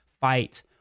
fight